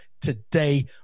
today